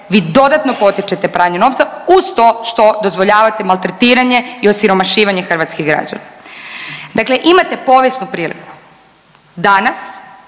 vi dodatno potičete pranje novca uz to što dozvoljavate maltretiranje i osiromašivanje hrvatskih građana. Dakle imate povijesnu priliku danas